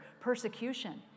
persecution